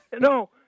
No